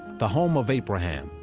the home of abraham,